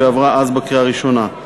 ועברה אז בקריאה ראשונה.